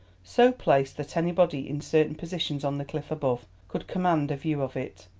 so placed that anybody in certain positions on the cliff above could command a view of it,